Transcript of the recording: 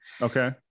Okay